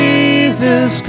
Jesus